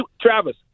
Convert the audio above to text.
Travis